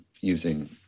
using